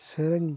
ᱥᱮᱨᱮᱧ